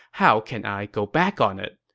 how can i go back on it?